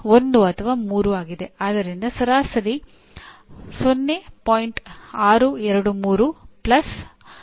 ಆದರೆ ಮಾನದಂಡಗಳು ಎರಡಕ್ಕೂ ಒಂದೇ ಆಗಿರುತ್ತವೆ